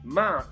ma